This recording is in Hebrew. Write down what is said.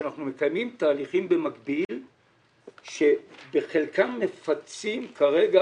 שאנחנו מקיימים תהליכים במקביל שבחלקם מפצים כרגע